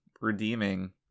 redeeming